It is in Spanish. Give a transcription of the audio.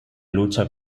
lucha